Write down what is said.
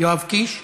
יואב קיש,